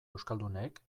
euskualdunek